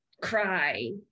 cry